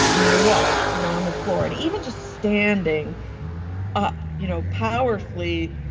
and i walked around the floor. and even just standing up you know powerfully,